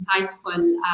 insightful